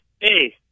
Hey